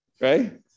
right